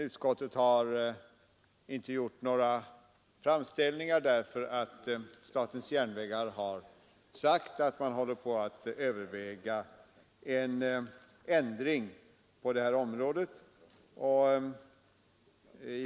Utskottet har emellertid inte gjort några framställningar därför att SJ har sagt att man håller på att överväga en ändring på detta område.